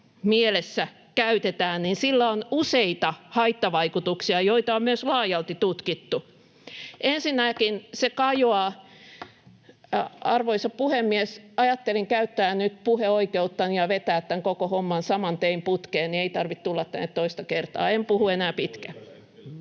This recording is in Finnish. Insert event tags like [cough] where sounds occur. mielessä käytetään, niin sillä on useita haittavaikutuksia, joita on myös laajalti tutkittu. Ensinnäkin se kajoaa... [noise] — Arvoisa puhemies, ajattelin käyttää nyt puheoikeuttani ja vetää tämän koko homman saman tein putkeen, niin ei tarvitse tulla tänne toista kertaa. En puhu enää pitkään.